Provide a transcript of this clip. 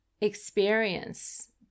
experience